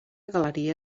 galeria